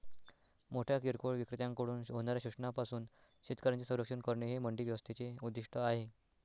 मोठ्या किरकोळ विक्रेत्यांकडून होणाऱ्या शोषणापासून शेतकऱ्यांचे संरक्षण करणे हे मंडी व्यवस्थेचे उद्दिष्ट आहे